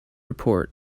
report